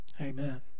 Amen